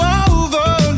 over